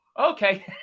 okay